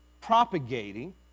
propagating